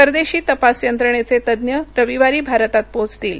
परदेशी तपास यंत्रणेचे तज्ज्ञ रविवारी भारतात पोहोचतील